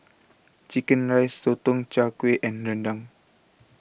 Chicken Rice Sotong Char Kway and Rendang